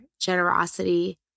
generosity